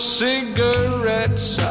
cigarettes